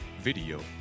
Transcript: video